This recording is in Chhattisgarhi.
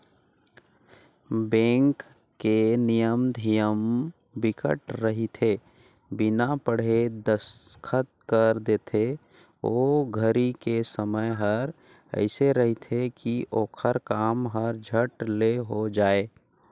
बेंक के नियम धियम बिकट रहिथे बिना पढ़े दस्खत कर देथे ओ घरी के समय हर एइसे रहथे की ओखर काम हर झट ले हो जाये